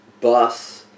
bus